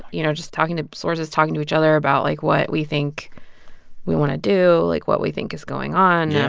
you know, just talking to sources, talking to each other about, like, what we think we want to do, like, what we think is going on. yeah